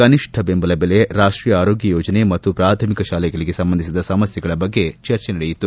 ಕನಿಷ್ಠ ಬೆಂಬಲ ಬೆಲೆ ರಾಷ್ಟೀಯ ಆರೋಗ್ಲ ಯೋಜನೆ ಮತ್ತು ಪ್ರಾಥಮಿಕ ಶಾಲೆಗಳಿಗೆ ಸಂಬಂಧಿಸಿದ ಸಮಸ್ಲೆಗಳ ಬಗ್ಗೆ ಚರ್ಚೆ ನಡೆಯಿತು